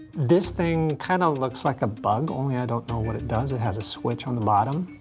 this thing kind of looks like a bug only i don't know what it does. it has a switch on the bottom.